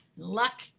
luck